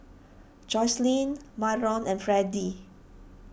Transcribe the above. Jocelynn Myron and Freddy